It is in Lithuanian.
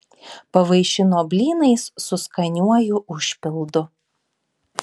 pavaišino blynais su skaniuoju užpildu